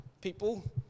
people